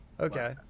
Okay